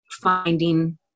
finding